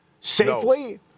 safely